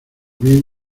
bien